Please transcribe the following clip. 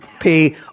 pay